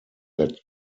that